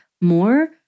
more